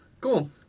Cool